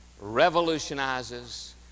revolutionizes